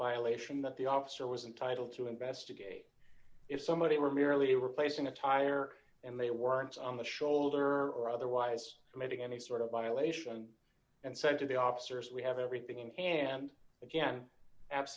violation that the officer was entitled to investigate if somebody were merely replacing a tire and they weren't on the shoulder or otherwise committing any sort of violation and said to the officers we have everything in hand again a